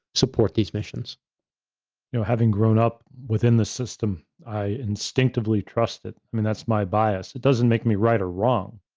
support these missions. you know, having grown up within the system, i instinctively trust it. i mean, that's my bias. it doesn't make me right or wrong.